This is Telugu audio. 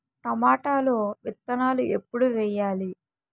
టొమాటో విత్తనాలు ఎప్పుడు వెయ్యాలి?